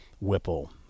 Whipple